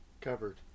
Covered